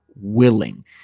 willing